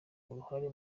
uruhara